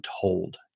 told